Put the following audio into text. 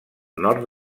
nord